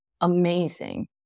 amazing